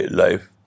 life